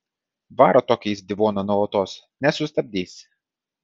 varo tokį izdivoną nuolatos nesustabdysi